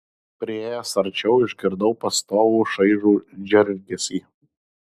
priėjęs arčiau išgirdau pastovų šaižų džeržgesį